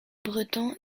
breton